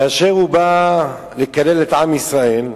כאשר הוא בא לקלל את עם ישראל,